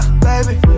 Baby